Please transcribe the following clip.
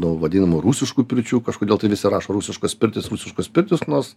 nuo vadinamų rusiškų pirčių kažkodėl tai visi rašo rusiškos pirtys rusiškos pirtys nors